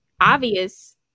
obvious